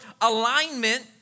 alignment